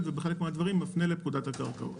ובחלק מהדברים מפנה לפקודת הקרקעות.